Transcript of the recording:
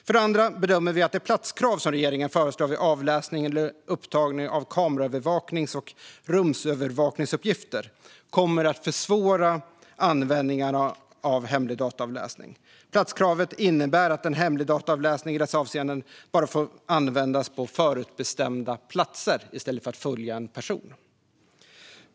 För det andra bedömer vi att det platskrav som regeringen föreslår vid avläsning eller upptagning av kameraövervaknings och rumsövervakningsuppgifter kommer att försvåra användningen av hemlig dataavläsning. Platskravet innebär att hemlig dataavläsning i dessa avseenden bara får användas på förutbestämda platser i stället för att följa en person.